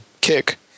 kick